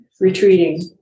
retreating